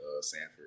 sanford